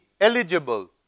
eligible